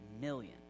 million